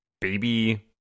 baby